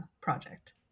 project